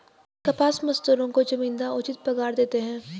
कपास मजदूरों को जमींदार उचित पगार देते हैं